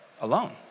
alone